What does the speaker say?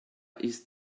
ist